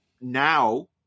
now